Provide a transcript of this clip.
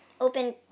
Open